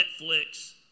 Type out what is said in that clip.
Netflix